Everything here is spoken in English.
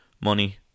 money